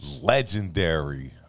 legendary